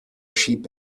sheep